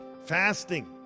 fasting